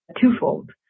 twofold